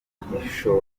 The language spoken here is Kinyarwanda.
igishoro